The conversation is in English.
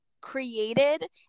created